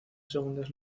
segundas